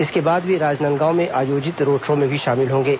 इसके बाद वे राजनांदगांव में आयोजित रोड शो में भी शामिल होंगे